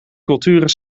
culturen